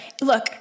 look—